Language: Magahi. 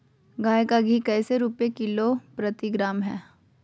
गाय का घी कैसे रुपए प्रति किलोग्राम है?